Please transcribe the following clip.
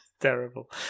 Terrible